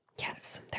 yes